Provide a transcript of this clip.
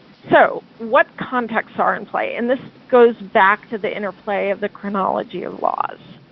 so what contexts are in play and this goes back to the interplay of the chronology of laws